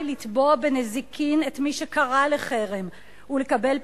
לתבוע בנזיקין את מי שקרא לחרם ולקבל פיצויים,